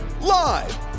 Live